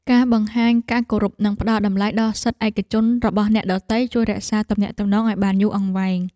ការបង្ហាញការគោរពនិងផ្តល់តម្លៃដល់សិទ្ធិឯកជនរបស់អ្នកដទៃជួយរក្សាទំនាក់ទំនងឱ្យបានយូរអង្វែង។